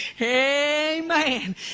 Amen